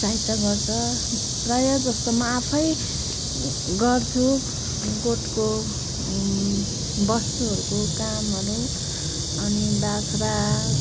सहायता गर्छ प्रायः जस्तो म आफै गर्छु गोठको बस्तुहरूको कामहरू अनि बाख्रा